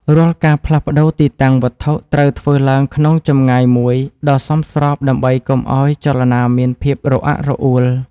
រាល់ការផ្លាស់ប្តូរទីតាំងវត្ថុត្រូវធ្វើឡើងក្នុងចម្ងាយមួយដ៏សមស្របដើម្បីកុំឱ្យចលនាមានភាពរអាក់រអួល។